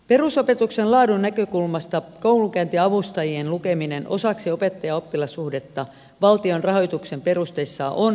perusopetuksen laadun näkökulmasta koulunkäyntiavustajien lukeminen osaksi opettajaoppilas suhdetta valtion rahoituksen perusteissa on hirvittävä virhe